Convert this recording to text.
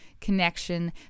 connection